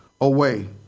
away